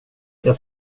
jag